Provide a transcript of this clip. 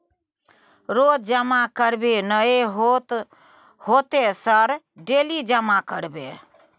रोज जमा करबे नए होते सर डेली जमा करैबै?